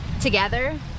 together